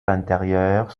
intérieures